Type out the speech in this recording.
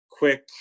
quick